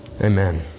Amen